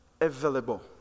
available